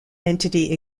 entity